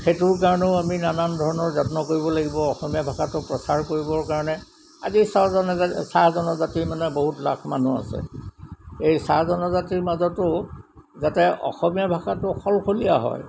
সেইটোৰ কাৰণেও আমি নানান ধৰণৰ যত্ন কৰিব লাগিব অসমীয়া ভাষাটো প্ৰচাৰ কৰিবৰ কাৰণে আজি চাহ জন চাহ জনজাতি মানে বহুত লাখ মানুহ আছে এই চাহ জনজাতিৰ মাজতো যাতে অসমীয়া ভাষাটো সলসলীয়া হয়